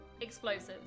explosives